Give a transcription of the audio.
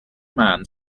man